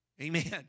Amen